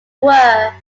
were